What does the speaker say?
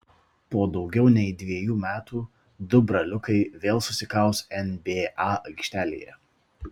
po daugiau nei dviejų metų du braliukai vėl susikaus nba aikštelėje